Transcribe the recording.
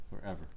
forever